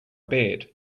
bed